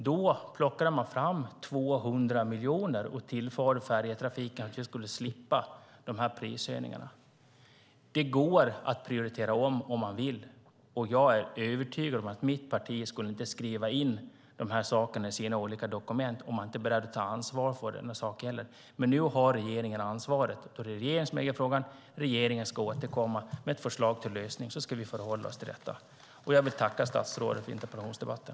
De plockade fram 200 miljoner till färjetrafiken så att man skulle slippa sådana prishöjningar. Det går att prioritera om, om man vill. Jag är övertygad om att mitt parti inte skulle skriva in saker i sina olika dokument som de inte är beredda att ta ansvar för. Men nu har regeringen ansvaret. Det är regeringen som äger frågan, och regeringen ska återkomma med ett förslag till lösning som vi ska förhålla oss till. Jag vill tacka statsrådet för interpellationsdebatten.